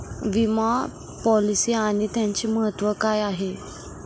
विमा पॉलिसी आणि त्याचे महत्व काय आहे?